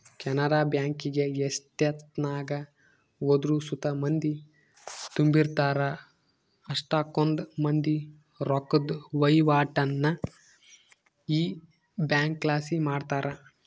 ಕೆನರಾ ಬ್ಯಾಂಕಿಗೆ ಎಷ್ಟೆತ್ನಾಗ ಹೋದ್ರು ಸುತ ಮಂದಿ ತುಂಬಿರ್ತಾರ, ಅಷ್ಟಕೊಂದ್ ಮಂದಿ ರೊಕ್ಕುದ್ ವಹಿವಾಟನ್ನ ಈ ಬ್ಯಂಕ್ಲಾಸಿ ಮಾಡ್ತಾರ